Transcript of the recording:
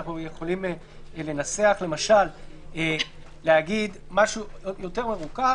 אנחנו יכולים לנסח ולהגיד משהו יותר מרוכך